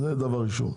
זה דבר ראשון,